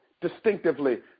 distinctively